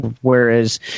whereas